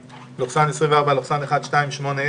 פ/1281/24 של ח"כ גלעד קריב.